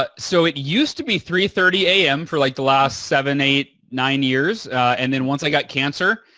but so, it used to be three thirty am for like the last seven, eight, nine years and then once i got cancer,